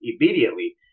immediately